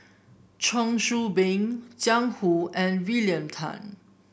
Cheong Soo Pieng Jiang Hu and William Tan